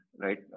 right